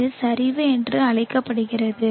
இது சரிவு என்று அழைக்கப்படுகிறது